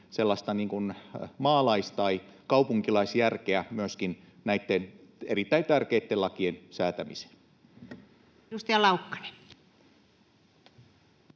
maalais- tai kaupunkilaisjärkeä myöskin näitten erittäin tärkeitten lakien säätämiseen. Edustaja Laukkanen.